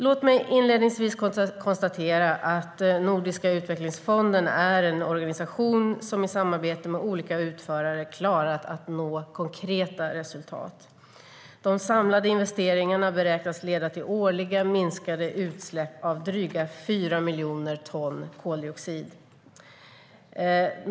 Låt mig inledningsvis konstatera att Nordiska utvecklingsfonden är en organisation som i samarbete med olika utförare har klarat att nå konkreta resultat. De samlade investeringarna beräknas leda till årliga minskade utsläpp av drygt 4 miljoner ton koldioxid.